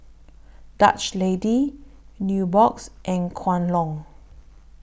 Dutch Lady Nubox and Kwan Loong